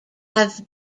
have